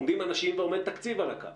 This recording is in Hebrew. עומדים אנשים ועומד תקציב על הכף.